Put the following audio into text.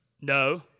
No